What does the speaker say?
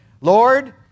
Lord